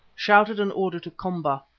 shouted an order to komba.